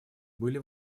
были